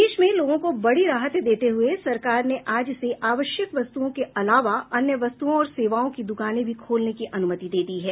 देश में लोगों को बड़ी राहत देते हुए सरकार ने आज से आवश्यक वस्तुओं को अलावा अन्य वस्तुओं और सेवाओं की दुकानें भी खोलने की अनुमति दे दी है